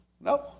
No